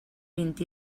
vint